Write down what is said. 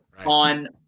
On